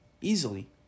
Easily